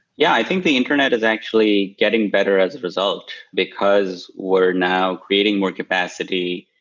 yeah. i think the internet is actually getting better as a result, because we're now creating more capacity,